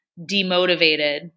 demotivated